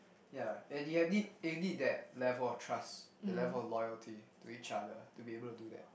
ya and you have need you need that level of trust that level of loyalty to each other to be able to do that